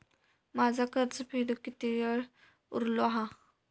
माझा कर्ज फेडुक किती वेळ उरलो हा?